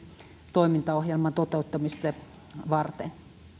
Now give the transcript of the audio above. toimintaohjelman toteuttamista varten